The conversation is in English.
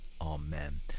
amen